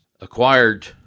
acquired